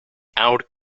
oude